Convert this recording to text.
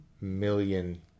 million